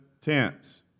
tense